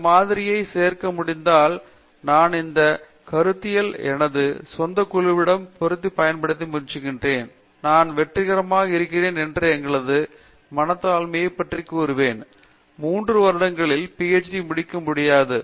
இந்த மாதிரியை சேர்க்க முடிந்தால் நான் இந்த கருத்தியலை எனது சொந்தக் குழுவிடம் பொருத்திப் பயன்படுத்த முயற்சித்திருக்கிறேன் நான் வெற்றிகரமாக இருக்கிறேன் என்று எங்களது மனத்தாழ்மையைப் பற்றி கூறுவேன் 3 வருடங்களில் பி எச் டி முடிக்க முடியாது